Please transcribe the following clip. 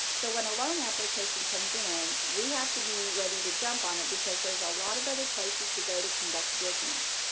so when a loan application comes in, we have to be ready to jump on it, because there's a lot of other places to go to conduct business.